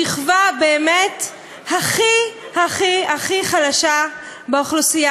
השכבה באמת הכי-הכי-הכי חלשה באוכלוסייה,